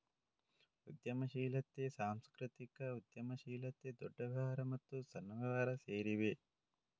ಉದ್ಯಮಶೀಲತೆ, ಸಾಂಸ್ಕೃತಿಕ ಉದ್ಯಮಶೀಲತೆ, ದೊಡ್ಡ ವ್ಯಾಪಾರ ಮತ್ತು ಸಣ್ಣ ವ್ಯಾಪಾರ ಸೇರಿವೆ